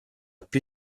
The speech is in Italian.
più